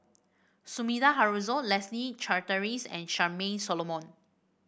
Sumida Haruzo Leslie Charteris and Charmaine Solomon